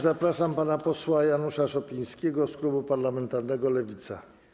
Zapraszam pana posła Janusza Szopińskiego z klubu parlamentarnego Lewica.